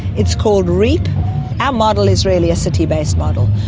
it's called reap. our model is really a city-based model.